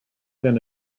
then